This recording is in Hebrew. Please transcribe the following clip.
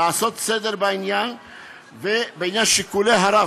לעשות סדר בעניין שיקולי הרב,